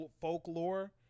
folklore